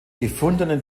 gefundene